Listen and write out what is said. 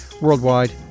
Worldwide